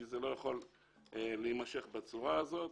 כי זה לא יכול להימשך בצורה הזאת.